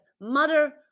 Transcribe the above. mother